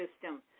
system